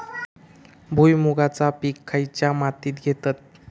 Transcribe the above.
भुईमुगाचा पीक खयच्या मातीत घेतत?